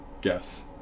Guess